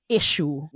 issue